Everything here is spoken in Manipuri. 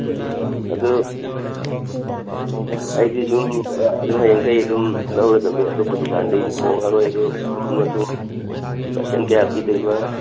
ꯎꯝ ꯑꯗꯨ ꯑꯩꯗꯤ ꯁꯨꯝ ꯑꯗꯨ ꯍꯌꯦꯡꯈꯩ ꯑꯗꯨꯝ ꯂꯧꯔꯗꯃꯤ ꯑꯇꯣꯞꯄ ꯗꯨꯀꯥꯟꯗꯩꯁꯨ ꯍꯣꯡꯉꯔꯣꯏ ꯑꯗꯨ ꯃꯃꯜ ꯃꯊꯨꯝ ꯄꯔꯁꯦꯟ ꯀꯌꯥ ꯄꯤꯗꯣꯏꯕ